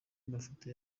amafoto